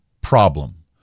problem